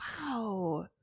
wow